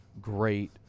great